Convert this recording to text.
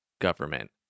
government